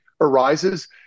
arises